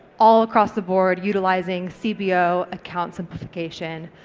all across the board utilising cbo account simplification,